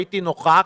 הייתי נוכח.